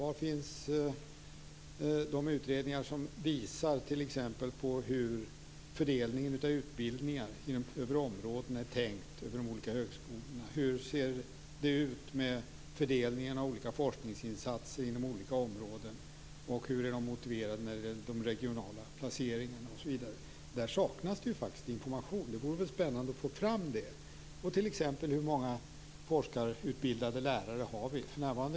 Var finns de utredningarna? Var finns t.ex. de utredningar som visar på hur fördelningen av utbildningar inom de olika områdena är tänkt på de olika högskolorna? Hur ser det ut med fördelningen av olika forskningsinsatser inom olika områden, och hur är de motiverade när det gäller de regionala placeringarna, osv.? Där saknas det faktiskt information. Det vore spännande att få fram det. Hur många forskarutbildade lärare har vi t.ex. för närvarande?